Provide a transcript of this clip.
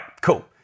cool